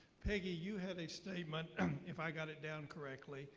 peggy, you have a statement, um if i got it down correctly,